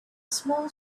small